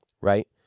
right